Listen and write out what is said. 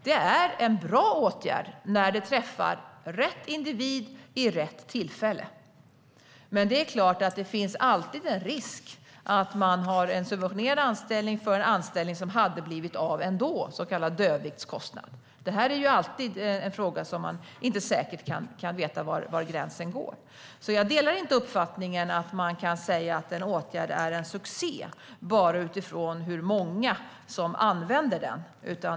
Det är en bra åtgärd när den träffar rätt individ vid rätt tillfälle. Men det är klart att det alltid finns en risk att man har en subventionerad anställning i stället för en anställning som hade blivit av ändå, så kallad dödviktskostnad. Detta är alltid en fråga där man inte säkert kan veta var gränsen går. Jag delar alltså inte uppfattningen att man kan säga att en åtgärd är en succé bara utifrån hur många som använder den.